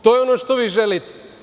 To je ono što vi želite.